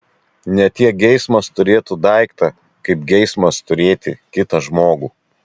ne tiek geismas turėti daiktą kaip geismas turėti kitą žmogų